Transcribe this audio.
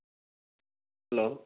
hello